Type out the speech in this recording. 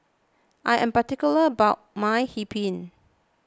I am particular about my Hee Pan